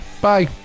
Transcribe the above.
Bye